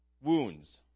wounds